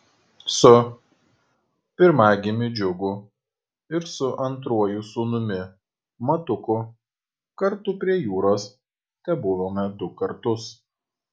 su pirmagimiu džiugu ir su antruoju sūnumi matuku kartu prie jūros tebuvome du kartus